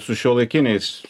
su šiuolaikiniais